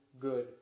good